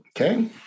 Okay